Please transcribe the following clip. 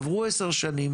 עברו 10 שנים,